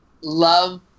love